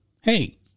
hey